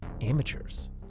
amateurs